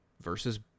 Versus